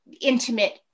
intimate